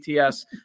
ATS